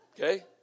Okay